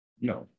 No